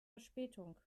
verspätung